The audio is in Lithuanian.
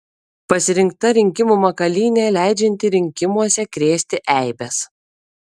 pasirinkta rinkimų makalynė leidžianti rinkimuose krėsti eibes